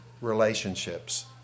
relationships